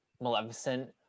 maleficent